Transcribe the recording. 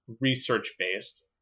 research-based